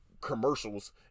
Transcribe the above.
commercials